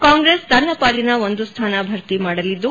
ಕಾಂಗ್ರೆಸ್ ತನ್ನ ಪಾಲಿನ ಒಂದು ಸ್ಥಾನ ಭರ್ತಿ ಮಾಡಲಿದ್ದು